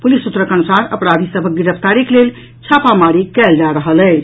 police सूत्रक अनुसार अपराधी सभक गिरफ्तारीक लेल छापामारी कयल जा रहल अछि